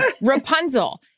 Rapunzel